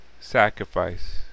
sacrifice